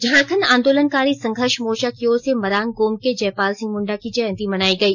झारखंड आंदोलनकारी संघर्ष मोर्चा की ओर से मरांग गोमके जयपाल सिंह मुंडा की जयंती मनायी गई